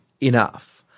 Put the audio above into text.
enough